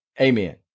Amen